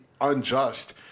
unjust